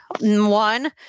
one